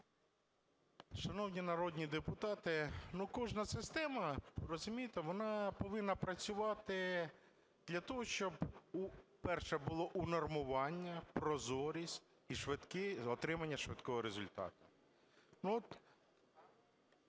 Шановні народні депутати, кожна система, розумієте, вона повинна працювати для того, щоб, перше, було унормування, прозорість і отримання швидкого результату.